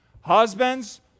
Husbands